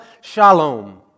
Shalom